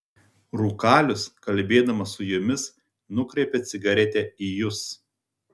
rūkalius kalbėdamas su jumis nukreipia cigaretę į jus